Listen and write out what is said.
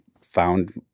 found